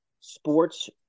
sports